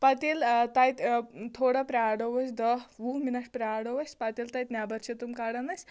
پَتہٕ ییٚلہِ تَتہِ تھوڑا پرٛارو أسۍ دَہ وُہ مِنٛٹ پرٛارو أسۍ پَتہٕ ییٚلہِ تَتہِ نٮ۪بَر چھِ تِم کڈان أسۍ